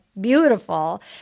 beautiful